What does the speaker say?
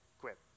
quit